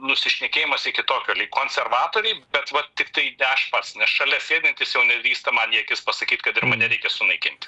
nusišnekėjimas iki tokio lyg konservatoriai bet va tiktai ne aš pats nes šalia sėdintys jau nedrįsta man į akis pasakyt kad ir mane reikia sunaikint